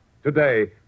Today